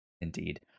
Indeed